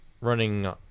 running